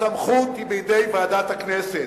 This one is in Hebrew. הסמכות היא בידי ועדת הכנסת.